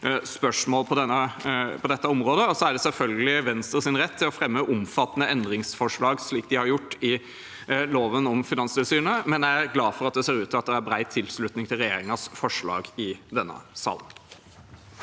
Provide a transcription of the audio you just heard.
er det selvfølgelig Venstres rett å fremme omfattende endringsforslag, slik de har gjort ved behandlingen av loven om Finanstilsynet, men jeg er glad for at det ser ut til å være bred tilslutning til regjeringens forslag i denne salen.